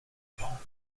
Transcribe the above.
vents